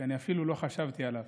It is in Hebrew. אני אפילו לא חשבתי עליו.